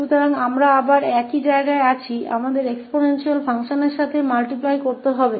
तो फिर से हमारे पास समान स्थिति है हमारे पास इस एक्सपोनेंशियल फंक्शन के साथ गुणा है